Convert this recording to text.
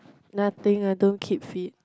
nothing I don't keep fit